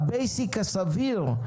הבייסיק הסביר.